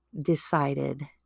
decided